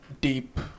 deep